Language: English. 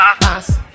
boss